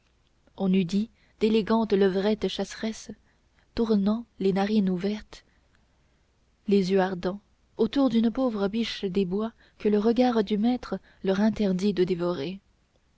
on eût dit d'élégantes levrettes chasseresses tournant les narines ouvertes les yeux ardents autour d'une pauvre biche des bois que le regard du maître leur interdit de dévorer